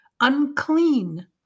unclean